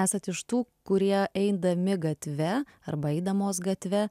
esat iš tų kurie eidami gatve arba eidamos gatve